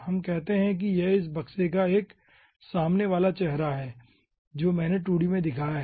हम कहते हैं कि यह इस बक्से का एक सामने वाला चेहरा है जो मैंने 2d में दिखाया है